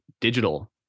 digital